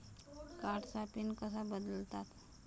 कार्डचा पिन कसा बदलतात?